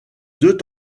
deux